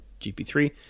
GP3